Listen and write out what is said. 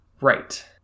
Right